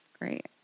Great